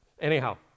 Anyhow